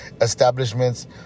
establishments